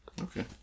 okay